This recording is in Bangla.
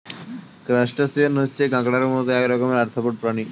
ক্রাস্টাসিয়ান হচ্ছে কাঁকড়ার মত এক রকমের আর্থ্রোপড প্রাণী